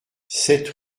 sept